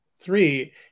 three